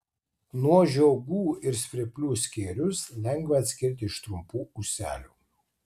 nuo žiogų ir svirplių skėrius lengva atskirti iš trumpų ūselių